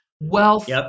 Wealth